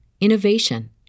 innovation